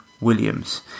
Williams